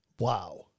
Wow